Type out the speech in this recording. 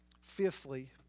Fifthly